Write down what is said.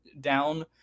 down